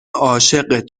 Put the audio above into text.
عاشقت